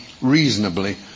reasonably